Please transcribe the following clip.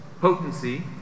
potency